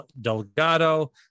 delgado